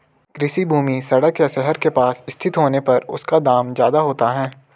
कृषि भूमि सड़क या शहर के पास स्थित होने पर उसका दाम ज्यादा होता है